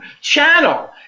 channel